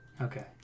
Okay